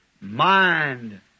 Mind